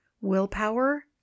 willpower